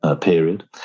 period